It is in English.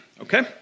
Okay